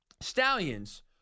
Stallions